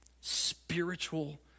spiritual